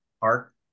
park